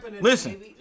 listen